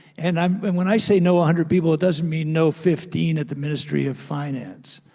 and um when when i say know one hundred people, it doesn't mean know fifteen at the ministry of finance.